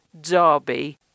Derby